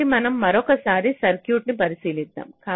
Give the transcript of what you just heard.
కాబట్టి మనం మరోసారి సర్క్యూట్ పరిశీలిద్దాం